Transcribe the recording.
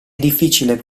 difficile